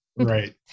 Right